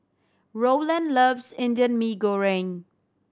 Rowland loves Indian Mee Goreng